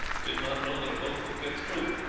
did not know that a boat could get through.